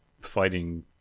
fighting